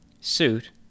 suit